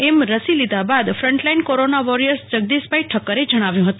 એમ રસી લીધા બાદ ફન્ટલાઇન કોરોના વોરિયર્સશ્રી જગદીશભાઇ ઠકકરે જણાવ્યું હતું